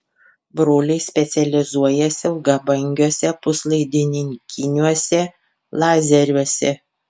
broliai specializuojasi ilgabangiuose puslaidininkiniuose lazeriuose